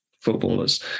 footballers